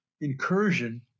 incursion